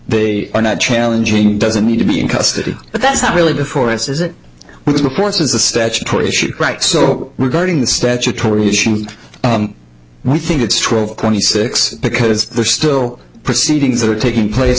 they are not challenging doesn't need to be in custody but that's not really before us is it with the courts as a statutory issue right so regarding the statutory issue and we think it's twelve twenty six because there's still proceedings that are taking place